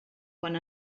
quan